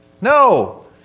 No